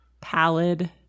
pallid